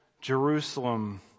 Jerusalem